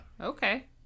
Okay